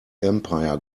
empire